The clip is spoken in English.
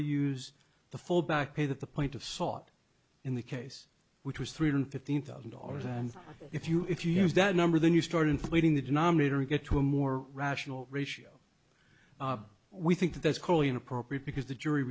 to use the full back pay that the point of sought in the case which was three hundred fifteen thousand dollars and if you if you use that number then you start inflating the denominator you get to a more rational ratio we think that's clearly inappropriate because the jury